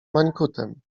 mańkutem